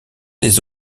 des